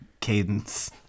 cadence